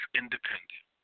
independent